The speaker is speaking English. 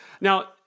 Now